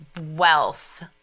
wealth